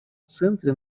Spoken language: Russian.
центре